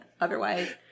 Otherwise